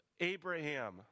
Abraham